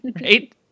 right